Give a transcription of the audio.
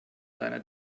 deiner